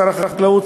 שר החקלאות,